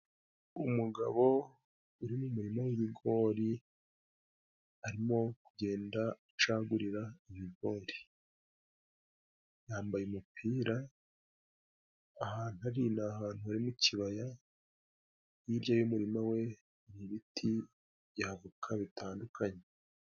Umugabo uri mu muririma w'ibigori arimo kugenda acagurira ibigori yambaye umupira ahantu ari ni ahantu harimo ikibaya hirya y'umurima we ni ibiti bya avoka bitandukanye.